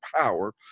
power